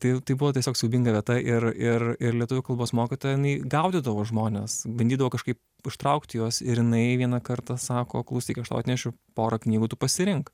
tai tai buvo tiesiog siaubinga vieta ir ir ir lietuvių kalbos mokytoja jinai gaudydavo žmones bandydavo kažkaip užtraukti juos ir jinai vieną kartą sako klausyk aš tau atnešiu porą knygų tu pasirink